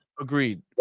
agreed